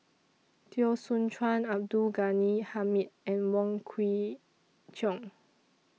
Teo Soon Chuan Abdul Ghani Hamid and Wong Kwei Cheong